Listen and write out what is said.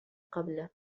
قبل